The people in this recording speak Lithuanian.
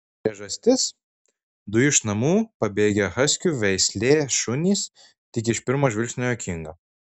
priežastis du iš namų pabėgę haskių veislė šunys tik iš pirmo žvilgsnio juokinga